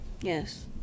Yes